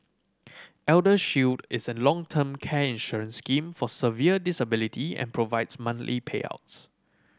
ElderShield is a long term care insurance scheme for severe disability and provides monthly payouts